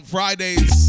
Fridays